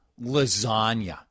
lasagna